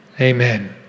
Amen